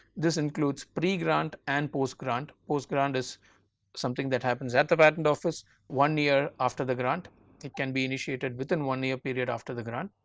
this includes pre-grant and post grant, post grant is something that happens at the patent office one year after the grant it can be initiated within one year period after the grant.